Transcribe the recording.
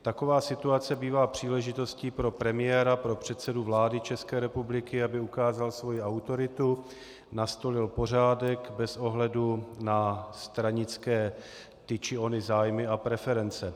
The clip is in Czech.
Taková situace bývá příležitostí pro premiéra, pro předsedu vlády České republiky, aby ukázal svoji autoritu, nastolil pořádek bez ohledu na stranické ty či ony zájmy a preference.